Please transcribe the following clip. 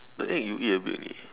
the egg you eat a bit only